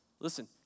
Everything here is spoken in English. listen